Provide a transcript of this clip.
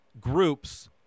groups